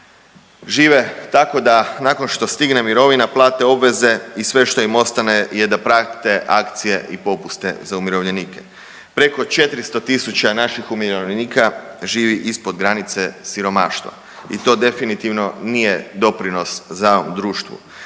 Žive tako da nakon što stigne mirovina plate obveze i sve što im ostane je da prate akcije i popuste za umirovljenike. Preko 400.000 naših umirovljenika živi ispod granice siromaštva i to definitivno nije doprinos … društvu.